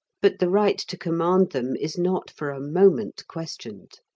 but the right to command them is not for a moment questioned.